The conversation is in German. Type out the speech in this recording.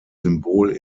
symbol